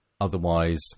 Otherwise